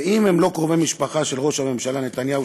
ואם הם לא קרובי משפחה של ראש הממשלה נתניהו,